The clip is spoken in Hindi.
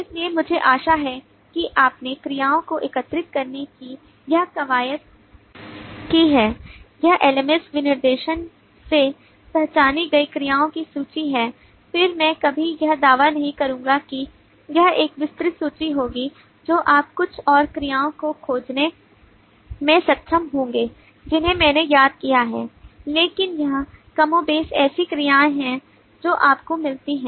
इसलिए मुझे आशा है कि आपने क्रियाओं को एकत्रित करने की यह कवायद की है यह LMS विनिर्देशन से पहचानी गई क्रियाओं की सूची है फिर मैं कभी यह दावा नहीं करूंगा कि यह एक विस्तृत सूची होगी जो आप कुछ और क्रियाओं को खोजने में सक्षम होंगे जिन्हें मैंने याद किया है लेकिन यह कमोबेश ऐसी क्रिया है जो आपको मिलती है